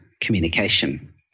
communication